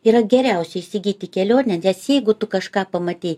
yra geriausia įsigyti kelionę nes jeigu tu kažką pamatei